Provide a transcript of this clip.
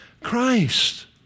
Christ